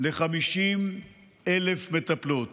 ל-50,000 מטפלות.